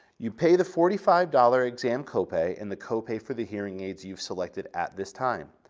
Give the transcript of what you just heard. you pay the forty five dollars exam copay and the copay for the hearing aids you've selected at this time.